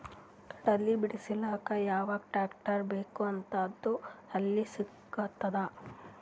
ಕಡಲಿ ಬಿಡಿಸಲಕ ಯಾವ ಟ್ರಾಕ್ಟರ್ ಬೇಕ ಮತ್ತ ಅದು ಯಲ್ಲಿ ಸಿಗತದ?